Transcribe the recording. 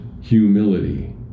humility